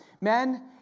Men